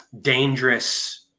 dangerous